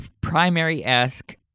primary-esque